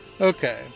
Okay